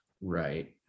right